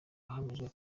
hagamijwe